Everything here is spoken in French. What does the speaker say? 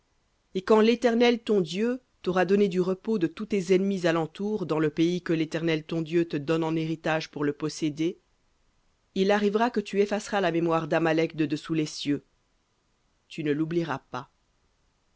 et quand l'éternel ton dieu t'aura donné du repos de tous tes ennemis à l'entour dans le pays que l'éternel ton dieu te donne en héritage pour le posséder il arrivera que tu effaceras la mémoire d'amalek de dessous les cieux tu ne l'oublieras pas